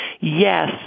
yes